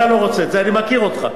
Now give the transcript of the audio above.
אתה לא רוצה את זה, אני מכיר אותך.